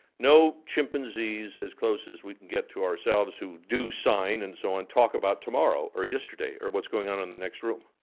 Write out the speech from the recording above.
no chimpanzees as close as we can get to ourselves, who do sign and so on, talk about tomorrow or yesterday, or what's going on in the next room.